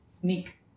sneak